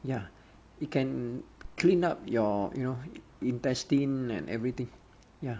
ya it can clean up your you know intestine and everything ya